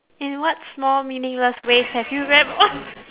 in what small meaningless ways have you reb~